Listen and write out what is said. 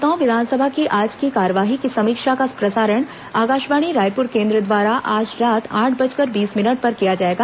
श्रोताओं विधानसभा की आज की कार्यवाही की समीक्षा का प्रसारण आकाशवाणी रायपुर केन्द्र द्वारा आज रात आठ बजकर बीस मिनट पर किया जाएगा